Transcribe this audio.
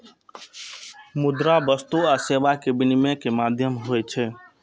मुद्रा वस्तु आ सेवा के विनिमय के माध्यम होइ छै